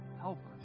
help